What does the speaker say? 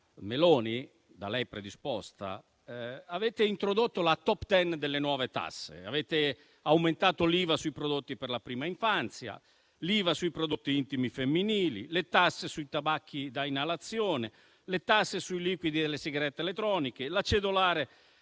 Meloni da lei predisposta avete introdotto la *top ten* delle nuove tasse. Avete aumentato l'IVA sui prodotti per la prima infanzia; l'IVA sui prodotti intimi femminili; le tasse sui tabacchi da inalazione; le tasse sui liquidi delle sigarette elettroniche; la cedolare